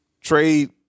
trade